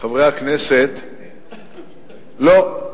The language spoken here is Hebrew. חברי הכנסת, לא,